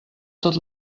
tot